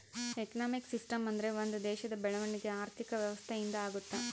economic system ಅಂದ್ರೆ ಒಂದ್ ದೇಶದ ಬೆಳವಣಿಗೆ ಆರ್ಥಿಕ ವ್ಯವಸ್ಥೆ ಇಂದ ಆಗುತ್ತ